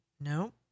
no